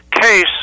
case